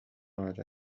آمده